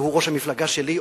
מי זה?